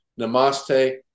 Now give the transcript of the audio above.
Namaste